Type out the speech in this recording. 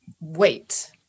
wait